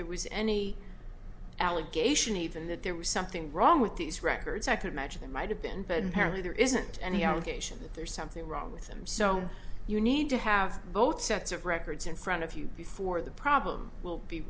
there was any allegation even that there was something wrong with these records i could imagine that might have been been parity there isn't any allegation that there's something wrong with them so you need to have both sets of records in front of you before the problem will be